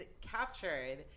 captured